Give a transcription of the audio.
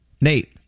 Nate